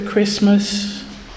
Christmas